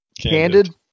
Candid